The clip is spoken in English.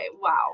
Wow